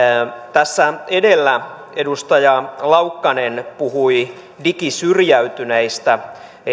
tässä edellä edustaja laukkanen puhui digisyrjäytyneistä